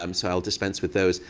um so i'll dispense with those.